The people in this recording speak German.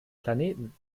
planeten